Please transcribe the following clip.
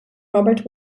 robert